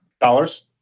Dollars